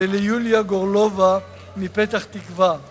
וליוליה גורלובה מפתח תקווה.